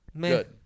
Good